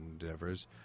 endeavors